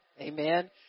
amen